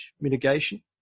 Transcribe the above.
mitigation